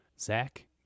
Zach